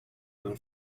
into